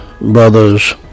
brothers